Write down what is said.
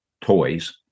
toys